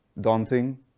Daunting